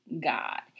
God